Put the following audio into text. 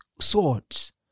swords